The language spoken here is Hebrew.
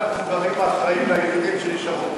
אתה אחד המבוגרים האחראים היחידים שנשארו פה,